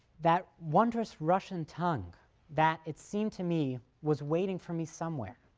that wondrous russian tongue that, it seemed to me, was waiting for me somewhere,